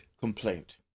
complaint